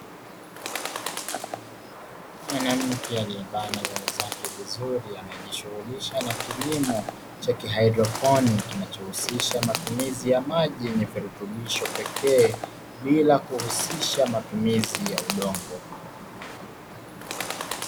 Mwanamke aliebana nywele zake vizuri anajishughulisha na kilimo cha hydroponiki kinachohusisha matumizi ya maji yenye virutubisho pekee bila kuhusisha matumizi ya udongo.